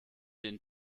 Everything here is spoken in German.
den